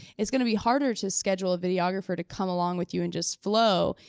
it's gonna be harder to schedule a videographer to come along with you and just flow,